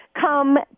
come